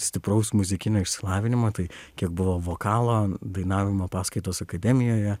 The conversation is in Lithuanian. stipraus muzikinio išsilavinimo tai kiek buvo vokalo dainavimo paskaitos akademijoje